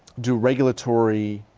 do regulatory